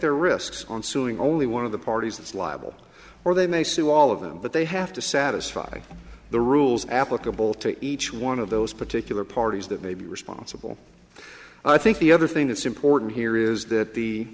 their risks on suing only one of the parties is liable or they may sue all of them but they have to satisfy the rules applicable to each one of those particular parties that may be responsible i think the other thing that's important here is that the